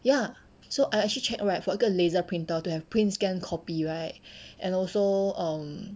ya so I actually check right for 一个 laser printer to have print scan copy right and also um